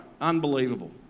unbelievable